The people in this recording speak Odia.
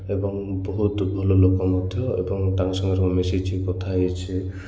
ଏବଂ ବହୁତ ଭଲ ଲୋକ ମଧ୍ୟ ଏବଂ ତାଙ୍କ ସାଙ୍ଗରେ ମୁଁ ମିଶିଛି କଥା ହୋଇଛି